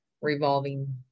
revolving